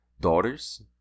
daughters